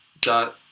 dot